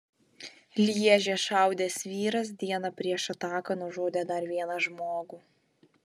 lježe šaudęs vyras dieną prieš ataką nužudė dar vieną žmogų